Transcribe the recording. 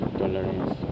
tolerance